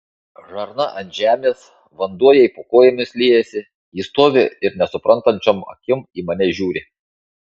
žarna ant žemės vanduo jai po kojomis liejasi ji stovi ir nesuprantančiom akim į mane žiūri